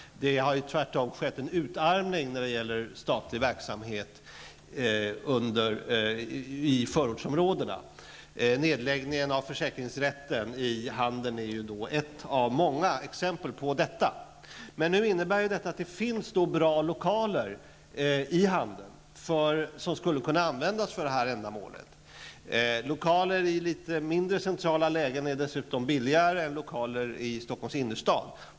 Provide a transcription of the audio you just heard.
När det gäller statlig verksamhet i förortsområdena har tvärtom skett en utarmning. Nedläggningen av försäkringsrätten i Handen är ett av många exempel på detta. Men det innebär också att det nu finns bra lokaler i Handen som skulle kunna användas för detta ändamål. Lokaler i litet mindre centrala lägen är dessutom billigare än lokaler i Stockholms innerstad.